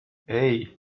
hey